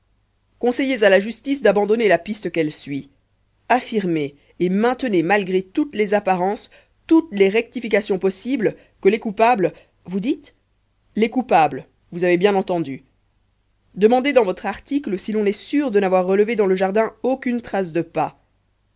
conseillez à la justice d'abandonner la piste qu'elle suit affirmez et maintenez malgré toutes les apparences toutes les rectifications possibles que les coupables vous dites les coupables vous avez bien entendu demandez dans votre article si l'on est sûr de n'avoir relevé dans le jardin aucune trace de pas